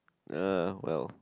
uh well